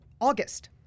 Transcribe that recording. August